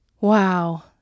wow